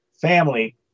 family